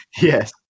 Yes